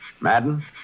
Madden